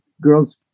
girls